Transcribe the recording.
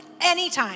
anytime